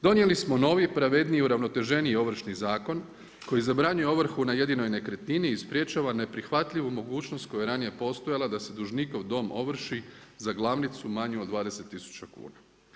Donijeli smo novi, pravedniji i uravnoteženiji Ovršni zakon, koji zabranjuje ovrhu na jedinoj nekretnini i sprječava neprihvatljivu mogućnost koja je ranije postojala, da se dužnikov dom ovrši za glavnicu manju od 20000 kn.